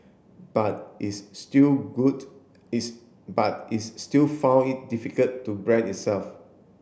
but is still good is but is still found it difficult to brand itself